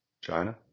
China